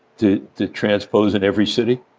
to transpose in every city.